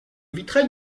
vitrail